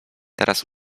teraz